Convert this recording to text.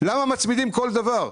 למה מצמידים כל דבר?